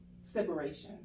separations